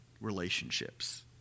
relationships